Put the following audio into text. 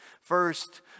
First